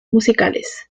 musicales